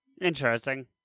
Interesting